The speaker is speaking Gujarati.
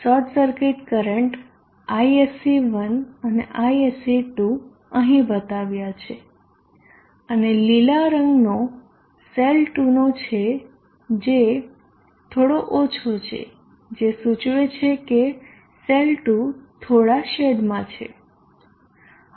શોર્ટ સર્કિટ કરંટ ISC1 અને ISC2 અહીં બતાવ્યા છે અને લીલા રંગનો સેલ 2 નો છે જે થોડો ઓછો છે જે સૂચવે છે કે સેલ 2 થોડા શેડમાં છે